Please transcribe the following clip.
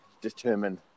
determine